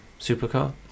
supercar